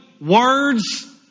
words